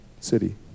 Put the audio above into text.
city